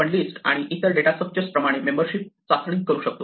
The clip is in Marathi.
आपण लिस्ट आणि इतर डेटा स्ट्रक्चर प्रमाणे मेंबरशिप चाचणी करू शकतो